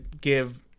give